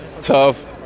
tough